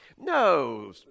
No